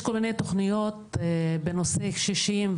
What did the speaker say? יש כל מני תכניות בנושא קשישים,